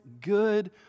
good